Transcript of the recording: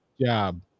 job